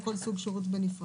יש שינוי משמעותי.